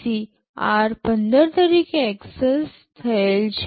PC r15 તરીકે access થયેલ છે